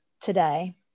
today